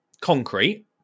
concrete